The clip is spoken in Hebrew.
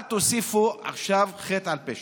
אל תוסיפו עכשיו חטא על פשע.